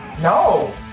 No